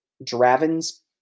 Draven's